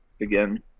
again